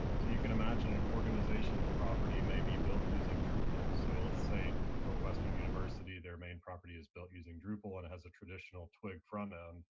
so you can imagine an organization's property may be built using so let's say for western university, their main property is built using drupal and has a traditional twig frontend,